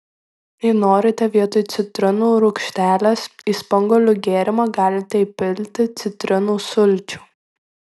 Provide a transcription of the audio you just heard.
jei norite vietoj citrinų rūgštelės į spanguolių gėrimą galite įpilti citrinų sulčių